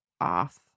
off